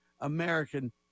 American